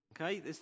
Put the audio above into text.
okay